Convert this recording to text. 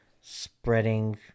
spreading